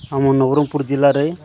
ଆମ ନବରଙ୍ଗପୁର ଜିଲ୍ଲାରେ